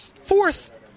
Fourth